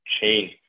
chain